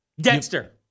Dexter